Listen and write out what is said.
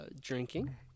drinking